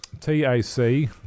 T-A-C